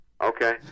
Okay